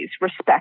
respect